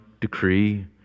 decree